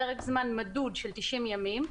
לפרק זמן מדוד של 90 יום,